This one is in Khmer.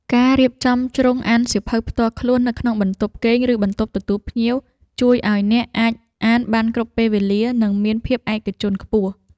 ការរៀបចំជ្រុងអានសៀវភៅផ្ទាល់ខ្លួននៅក្នុងបន្ទប់គេង ឬបន្ទប់ទទួលភ្ញៀវ ជួយឱ្យអ្នកអាចអានបានគ្រប់ពេលវេលា និងមានភាពឯកជនខ្ពស់។